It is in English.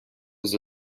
the